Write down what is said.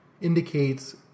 indicates